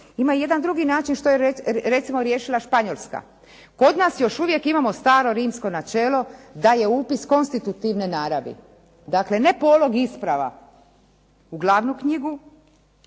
Ima jedan drugi način što je recimo riješila Španjolska. Kod nas još uvijek imamo staro rimsko načelo da je upis konstitutivne naravi. Dakle, ne polog isprava u glavnu knjigu,